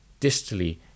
distally